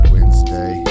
Wednesday